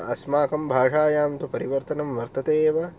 अस्माकं भाषायां तु परिवर्तनं वर्तते एव